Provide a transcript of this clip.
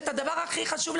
אבל את הדבר הכי חשוב,